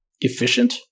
efficient